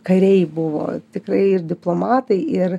kariai buvo tikrai ir diplomatai ir